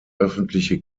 öffentliche